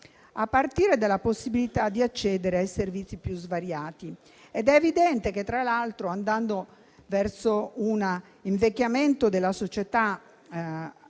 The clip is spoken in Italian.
a partire dalla possibilità di accedere ai servizi più svariati. Tra l'altro, è evidente che, andando verso un invecchiamento della società